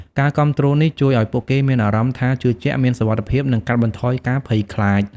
ការគាំទ្រនេះជួយឱ្យពួកគេមានអារម្មណ៍ថាជឿជាក់ មានសុវត្តិភាព និងកាត់បន្ថយការភ័យខ្លាច ។